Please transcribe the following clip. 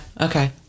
Okay